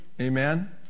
Amen